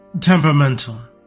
temperamental